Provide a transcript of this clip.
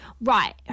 right